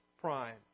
Prime